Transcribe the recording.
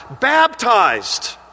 Baptized